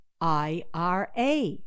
IRA